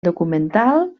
documental